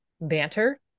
banter